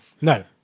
No